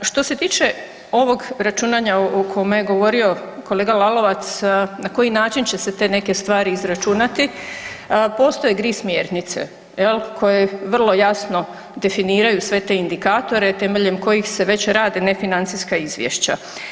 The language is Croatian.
Što se tiče ovog računanja o kome je govorio kolega Lalovac, na koji način će se te neke stvari izračunati postoje GRI smjernice jel, koje vrlo jasno definiraju sve te indikatore temeljem kojih se već rade nefinancijska izvješća.